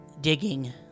digging